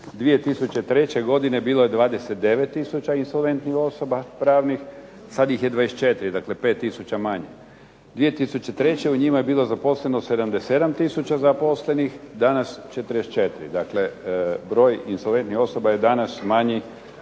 2003. godine bilo je 29 tisuća insolventnih osoba pravnih, sad ih je 24, dakle 5 tisuća manje. 2003. u njima je bilo zaposleno 77 tisuća zaposlenih, danas 44. Dakle, broj insolventnih osoba je danas manji